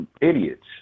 idiots